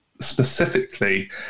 specifically